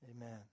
amen